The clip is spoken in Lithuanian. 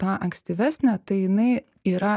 tą ankstyvesnę tai jinai yra